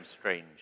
strange